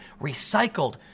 recycled